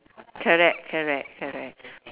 correct correct correct